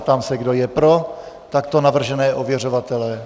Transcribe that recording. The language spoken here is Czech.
Ptám se, kdo je pro takto navržené ověřovatele?